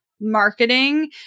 marketing